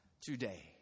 today